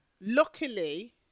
luckily